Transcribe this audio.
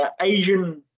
Asian